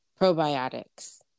probiotics